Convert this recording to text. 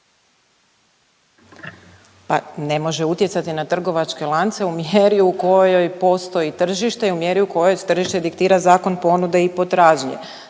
Pa ne može utjecati na trgovačke lance u mjeri u kojoj postoji tržište i u mjeri u kojoj tržište diktira zakon ponude i potražnje,